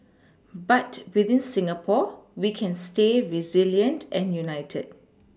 but within Singapore we can stay resilient and United